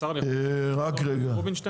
השר, אני יכול לשאול את נגה רובינשטיין?